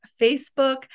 Facebook